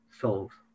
solves